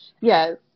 Yes